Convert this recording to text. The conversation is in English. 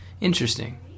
Interesting